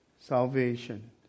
salvation